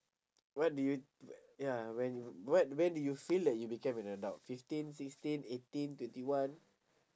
what did you ya when what when did you feel like you became an adult fifteen sixteen eighteen twenty one